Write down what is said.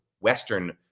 western